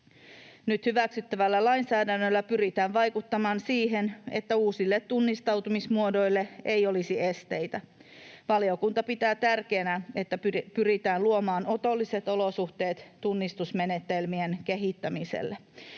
Nyt hyväksyttävällä lainsäädännöllä pyritään vaikuttamaan siihen, että uusille tunnistautumismuodoille ei olisi esteitä. Valiokunta pitää tärkeänä, että pyritään luomaan otolliset olosuhteet tunnistusmenetelmien kehittämiselle.